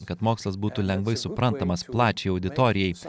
kad mokslas būtų lengvai suprantamas plačiai auditorijai